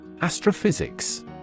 Astrophysics